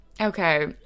Okay